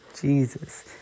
Jesus